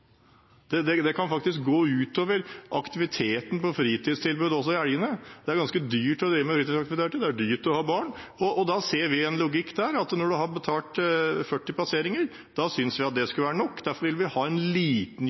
Det kan faktisk gå ut over aktiviteten og fritidstilbudet i helgene. Det er ganske dyrt å drive med fritidsaktiviteter, det er dyrt å ha barn. Vi ser en logikk i at når man har betalt for 40 passeringer, skulle det være nok. Derfor vil vi ha en liten